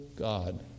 God